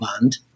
band